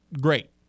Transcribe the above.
great